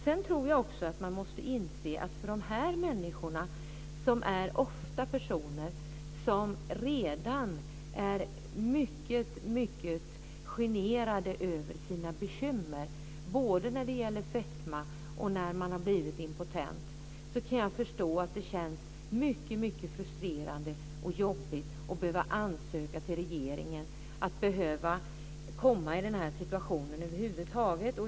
Sedan tror jag att man måste inse att de här människorna ofta är personer som redan är mycket generade över sina bekymmer både när det gäller fetma och när de har blivit impotenta. Jag kan förstå att det känns mycket frustrerande och jobbigt att behöva ansöka till regeringen och att över huvud taget behöva komma i den här situationen.